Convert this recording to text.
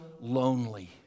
lonely